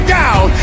down